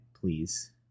please